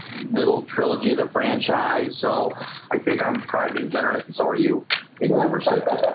middle trilogy the franchise. so i think i'm fried being generous and so are you in number six?